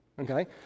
okay